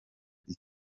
iki